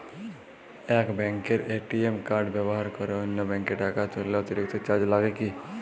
এক ব্যাঙ্কের ATM card ব্যবহার করে অন্য ব্যঙ্কে টাকা তুললে অতিরিক্ত চার্জ লাগে কি?